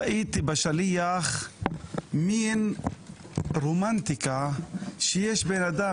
ראיתי בשליח מין רומנטיקה שיש בן אדם